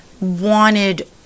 wanted